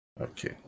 okay